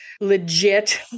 legit